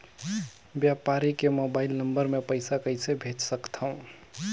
व्यापारी के mobile number मे पईसा कइसे भेज सकथव?